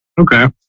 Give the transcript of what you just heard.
Okay